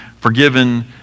forgiven